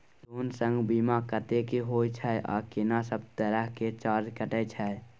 Loan संग बीमा कत्ते के होय छै आ केना सब तरह के चार्ज कटै छै?